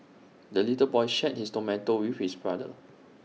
the little boy shared his tomato with his brother